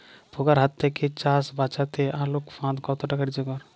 পোকার হাত থেকে চাষ বাচাতে আলোক ফাঁদ কতটা কার্যকর?